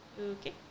Okay